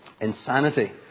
Insanity